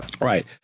Right